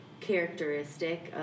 characteristic